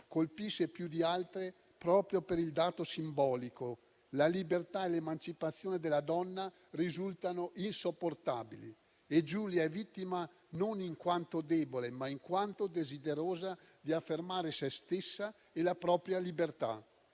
colpisce più di altre proprio per il dato simbolico: la libertà e l'emancipazione della donna risultano insopportabili e Giulia è vittima non in quanto debole, ma in quanto desiderosa di affermare sé stessa e la propria libertà.